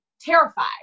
terrified